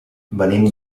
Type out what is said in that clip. venim